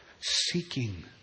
seeking